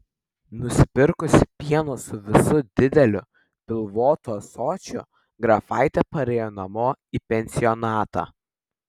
nusipirkusi pieno su visu dideliu pilvotu ąsočiu grafaitė parėjo namo į pensionatą